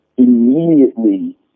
immediately